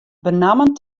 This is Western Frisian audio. benammen